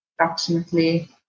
approximately